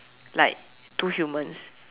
like two humans